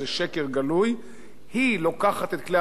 היא לוקחת את כלי התקשורת במדינת ישראל,